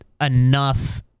enough